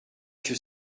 que